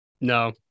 No